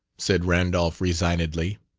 said randolph resignedly,